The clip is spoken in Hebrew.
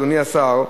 אדוני השר,